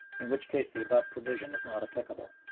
in which case the above provision is not applicable.